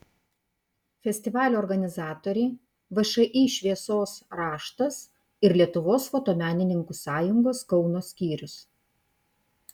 festivalio organizatoriai všį šviesos raštas ir lietuvos fotomenininkų sąjungos kauno skyrius